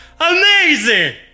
Amazing